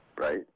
Right